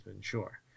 sure